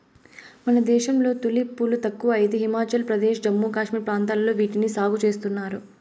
మన దేశంలో తులిప్ పూలు తక్కువ అయితే హిమాచల్ ప్రదేశ్, జమ్మూ కాశ్మీర్ ప్రాంతాలలో వీటిని సాగు చేస్తున్నారు